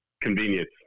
convenience